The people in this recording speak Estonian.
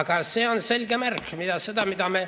Aga see on selge märk – see, mida me